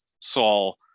Saul